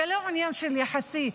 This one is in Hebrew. זה לא עניין יחסי.